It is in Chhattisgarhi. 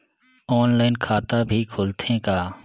ऑनलाइन खाता भी खुलथे का?